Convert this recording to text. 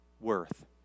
worth